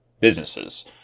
businesses